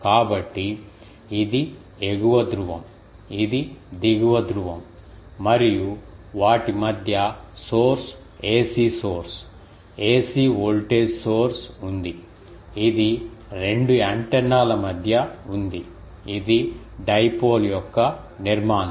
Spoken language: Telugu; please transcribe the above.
కాబట్టి ఇది ఎగువ ధ్రువం ఇది దిగువ ధ్రువం మరియు వాటి మధ్య source AC source AC voltage source ఉంది ఇది 2 యాంటెన్నాల మధ్య ఉంది ఇది డైపోల్ యొక్క నిర్మాణం